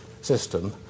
system